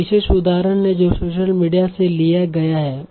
एक विशेष उदाहरण हैं जो सोशल मीडिया से लिया गया हैं